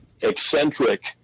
eccentric